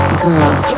girls